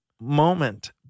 moment